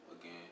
again